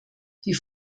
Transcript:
die